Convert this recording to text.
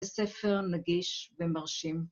בספר נגיש ומרשים.